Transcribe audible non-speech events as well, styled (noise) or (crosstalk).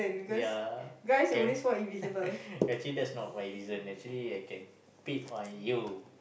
ya can (laughs) actually that's not my reason actually I can peep on you